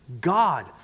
God